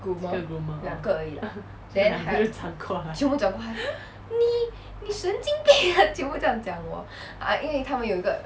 几个 groomer 所以两个就转过来